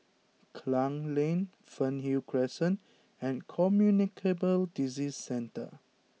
Klang Lane Fernhill Crescent and Communicable Disease Centre